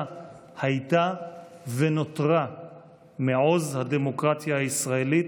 הייתה ונותרה מעוז הדמוקרטיה הישראלית,